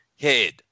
head